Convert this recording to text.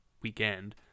weekend